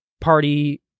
party